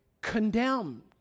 condemned